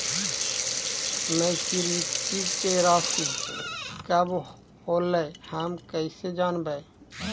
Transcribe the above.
Maturity के रासि कब होलै हम कैसे जानबै?